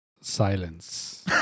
Silence